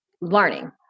learning